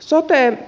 sote